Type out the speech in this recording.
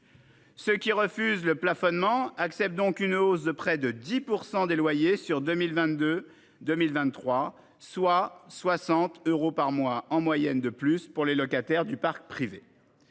Ceux qui refusent le plafonnement acceptent donc une hausse de près de 10 % des loyers pour l'année 2022-2023, soit 60 euros par mois en moyenne de plus pour les locataires du parc privé.